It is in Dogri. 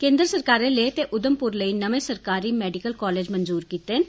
केन्द्र सरकारै लेह ते उघमपुर लेई नमें सरकारी मैडिकल कालेज मंजूर कीते न